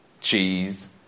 cheese